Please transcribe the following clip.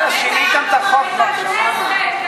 בסדר, שיניתם את החוק, כבר שמענו.